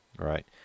right